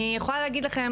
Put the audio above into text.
אני יכולה להגיד לכם,